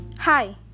Hi